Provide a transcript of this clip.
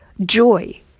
joy